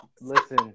Listen